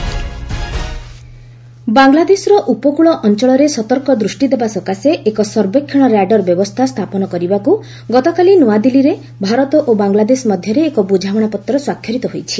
India Bangladesh ବାଂଲାଦେଶର ଉପକୃଳ ଅଞ୍ଚଳରେ ସତର୍କ ଦୃଷ୍ଟି ଦେବା ସକାଶେ ଏକ ସର୍ବେକ୍ଷଣ ର୍ୟାଡର୍ ବ୍ୟବସ୍ଥା ସ୍ଥାପନ କରିବାକୁ ଗତକାଲି ନ୍ତଆଦିଲ୍ଲୀରେ ଭାରତ ଓ ବାଂଲାଦେଶ ମଧ୍ୟରେ ଏକ ବୃଝାମଣାପତ୍ର ସ୍ୱାକ୍ଷରିତ ହୋଇଛି